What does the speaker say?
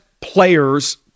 players